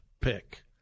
pick